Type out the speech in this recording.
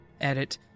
Edit